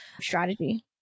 strategy